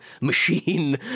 machine